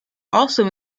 also